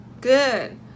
Good